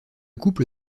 couple